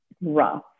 rough